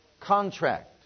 contract